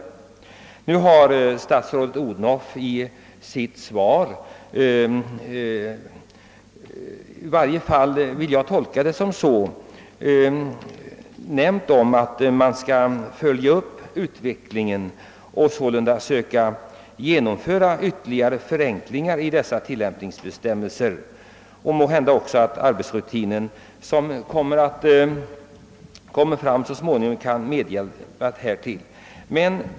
Statsrådet fru Odhnoff har i sitt svar — i varje fall vill jag tolka det så — sagt att man skall följa utvecklingen och söka genomföra ytterligare förenklingar av dessa tillämpningsbestämmelser. Måhända kan också den arbetsrutin som så småningom utvecklas bidra härtill.